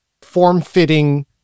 form-fitting